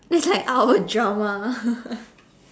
that's like out of a drama